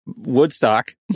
Woodstock